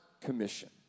commission